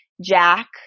Jack